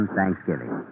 Thanksgiving